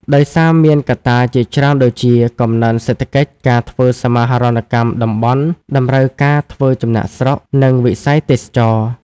ដោយសារមានកត្តាជាច្រើនដូចជា កំណើនសេដ្ឋកិច្ច ការធ្វើសមាហរណកម្មតំបន់ តម្រូវការធ្វើចំណាកស្រុក និងវិស័យទេសចរណ៍។